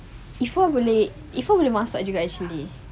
iffa boleh iffa boleh masak actually